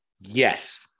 Yes